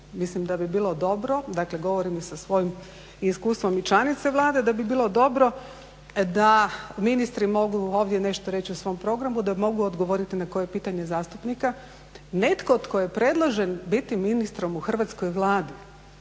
mislim da bi bilo dobro, dakle govorim i sa svojim iskustvom i članice Vlade da bi bilo dobro da ministri mogu ovdje nešto reći o svom programu, da mogu ogovoriti na koje pitanje zastupnika. Netko tko je predložen biti ministrom u hrvatskoj Vladi